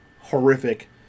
horrific